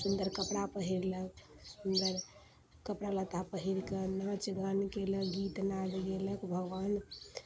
सुन्दर कपड़ा पहिरलक सुन्दर कपड़ा लत्ता पहिरके नाच गान केलक गीत नाद गेलक भगवान